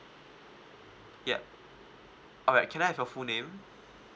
yup alright can I have your full name